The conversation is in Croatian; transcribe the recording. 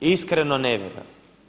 Iskreno ne vjerujem.